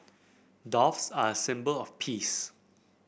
doves are a symbol of peace